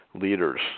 leaders